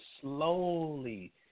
slowly